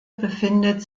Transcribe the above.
befindet